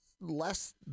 less